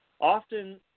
often